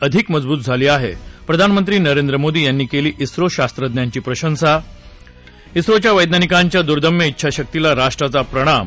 अधिक मजबूत झाली आहेः प्रधानमंत्री नरेंद्र मोदी यांनी केली स्रो शास्त्रज्ञांची प्रशंसा स्रोच्या वैज्ञानिकांच्या दुर्दम्य चिछाशक्तीला राष्ट्राचा प्रणाम